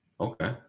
okay